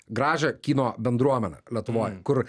gražią kino bendruomenę lietuvoj kur